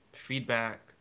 Feedback